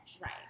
Right